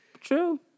True